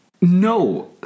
No